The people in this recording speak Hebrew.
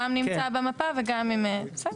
גם נמצא במפה וגם, בסדר.